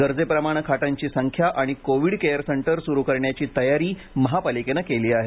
गरजेप्रमाणे खाटांची संख्या आणि कोविड केअर सेंटर सुरू करण्याची तयारी महापालिकेने केली आहे